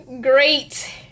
great